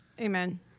Amen